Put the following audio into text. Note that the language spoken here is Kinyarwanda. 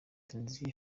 tunisia